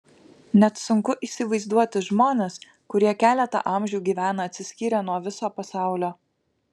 net sunku įsivaizduoti žmones kurie keletą amžių gyvena atsiskyrę nuo viso pasaulio